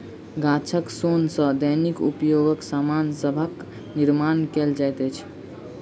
गाछक सोन सॅ दैनिक उपयोगक सामान सभक निर्माण कयल जाइत अछि